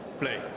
play